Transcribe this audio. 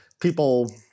people